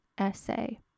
essay